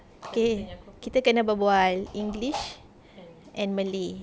okay kita kena berbual english and malay